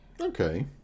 Okay